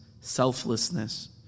selflessness